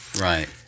right